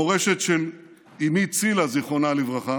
המורשת של אימי צילה, זיכרונה לברכה,